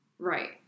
right